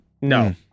no